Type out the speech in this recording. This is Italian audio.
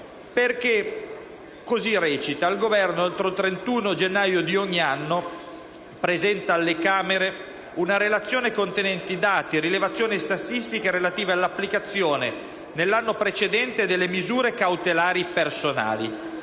che recita: «Il Governo, entro il 31 gennaio di ogni anno, presenta alle Camere una relazione contenente dati, rilevazioni e statistiche relativi all'applicazione, nell'anno precedente, delle misure cautelari personali,